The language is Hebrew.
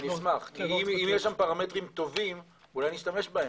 אשמח, כי אם הפרמטרים טובים, נשתמש בהם.